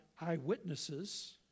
eyewitnesses